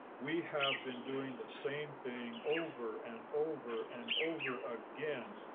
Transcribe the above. we have been doing the same thing over and over and over again.